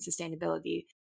sustainability